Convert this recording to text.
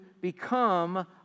become